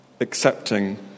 accepting